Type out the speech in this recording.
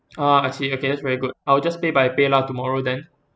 ah I see okay that's very good I will just pay by paylah tomorrow then